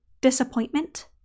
disappointment